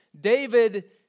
David